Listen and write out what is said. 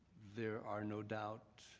there are no doubt